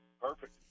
perfect